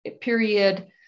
period